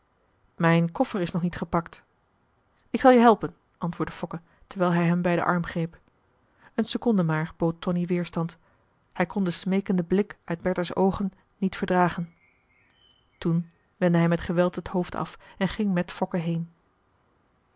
mijn koffer is nog niet gepakt ik zal je helpen antwoordde fokke terwijl hij hem bij den arm greep een seconde maar bood tonie weerstand hij kon den smeekenden blik uit bertha's oogen niet verdragen toen wendde hij met geweld het hoofd af en ging met fokke heen